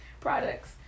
products